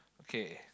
okay